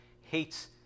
hates